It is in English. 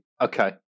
Okay